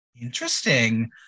interesting